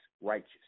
righteous